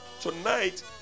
tonight